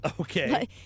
Okay